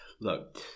Look